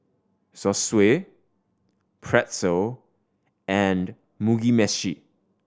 Zosui Pretzel and Mugi Meshi